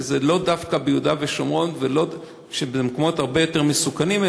שזה לאו דווקא ביהודה ושומרון ובמקומות הרבה יותר מסוכנים,